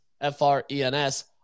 F-R-E-N-S